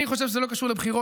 אני חושב שזה לא קשור לבחירות,